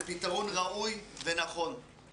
זה פתרון ראוי ונכון.